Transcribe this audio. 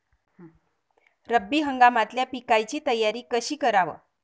रब्बी हंगामातल्या पिकाइची तयारी कशी कराव?